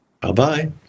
Bye-bye